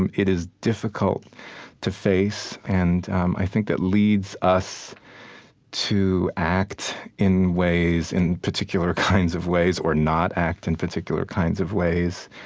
and it is difficult to face. and i think that leads us to act in ways in particular kinds of ways or not act in particular kinds of ways.